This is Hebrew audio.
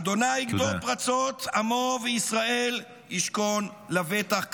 "ה' יגדור פרצות עמו וישראל ישכון לבטח",